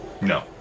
No